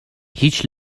هیچ